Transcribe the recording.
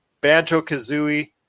Banjo-Kazooie